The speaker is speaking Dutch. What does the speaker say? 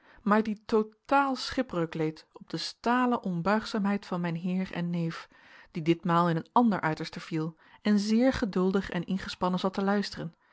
maar die totaal schipbreuk leed op de stalen onbuigzaamheid van mijn heer en neef die ditmaal in een ander uiterste viel en zeer geduldig en ingespannen zat te luisteren